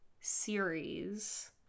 series